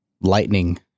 lightning